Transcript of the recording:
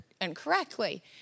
incorrectly